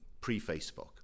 pre-Facebook